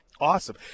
Awesome